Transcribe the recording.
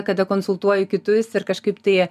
kada konsultuoju kitus ir kažkaip tai